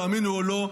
תאמינו או לא,